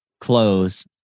close